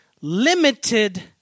limited